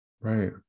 Right